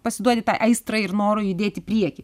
pasiduodi tai aistrai ir norui judėt į priekį